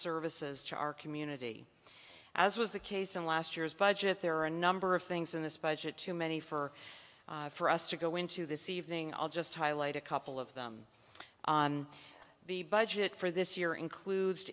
services to our community as was the case in last year's budget there are a number of things in this budget too many for for us to go into this evening i'll just highlight a couple of them on the budget for this year includes